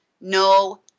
no